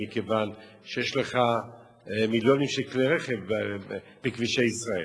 כי יש לך מיליונים של כלי רכב בכבישי ישראל.